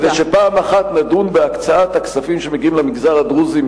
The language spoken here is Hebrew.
כדי שפעם אחת נדון מן השורש בהקצאת הכספים שמגיעים למגזר הדרוזי.